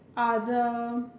other